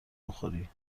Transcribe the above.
بخوری